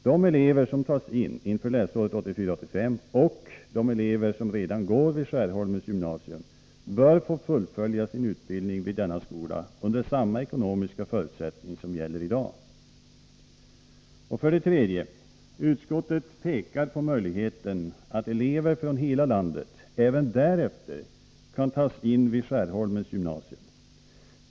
De elever som tas in inför läsåret 1984/85 och de elever som redan går vid Skärholmens gymnasium bör få fullfölja sin utbildning vid denna skola under samma ekonomiska förutsättning som gäller i dag. 3. Utskottet pekar på möjligheten att elever från hela landet även därefter kan tas in vid Skärholmens gymnasium.